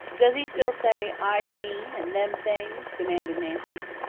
does he still say, i seen and them things? demanded nancy.